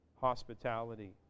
hospitality